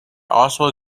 also